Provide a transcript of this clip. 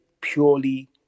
purely